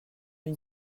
une